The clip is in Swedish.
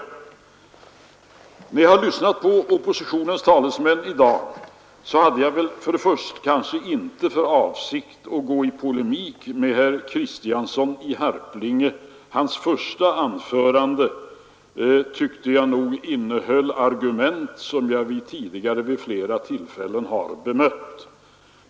Efter att i dag ha lyssnat på oppositionens talesmän hade jag kanske inte för avsikt att gå i polemik med herr Kristiansson i Harplinge. Hans första anförande tyckte jag nog innehöll argument, som jag tidigare vid flera tillfällen har bemött.